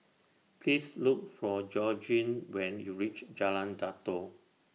Please Look For Georgine when YOU REACH Jalan Datoh